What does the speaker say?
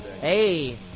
Hey